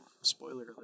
Spoiler